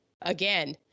again